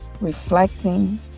reflecting